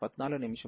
కాబట్టి gx1x